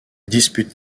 dispute